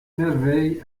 merveille